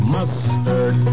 Mustard